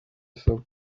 asabwa